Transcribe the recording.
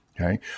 Okay